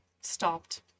stopped